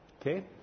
Okay